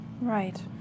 Right